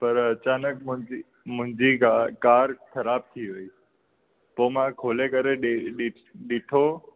पर अचानक मुंहिंजी मुंहिंजी कार कार ख़राब थी वई पोइ मां खोले करे ॾि डि ॾिढो